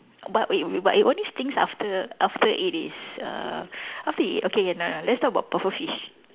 but it it but it only stinks after after it is uh after it okay no no let's talk about pufferfish